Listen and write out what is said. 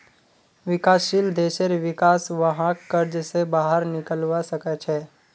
विकासशील देशेर विका स वहाक कर्ज स बाहर निकलवा सके छे